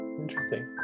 Interesting